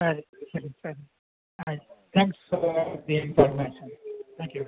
ಸರಿ ಸರಿ ಸರಿ ಆಯ್ತು thanks for the information thank you